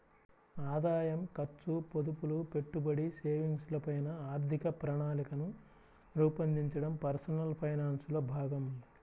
ఆదాయం, ఖర్చు, పొదుపులు, పెట్టుబడి, సేవింగ్స్ ల పైన ఆర్థిక ప్రణాళికను రూపొందించడం పర్సనల్ ఫైనాన్స్ లో భాగం